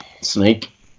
Snake